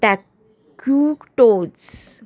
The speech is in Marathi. टॅक्यूक्टोज